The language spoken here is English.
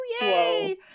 yay